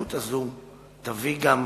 וההידברות הזאת תביא גם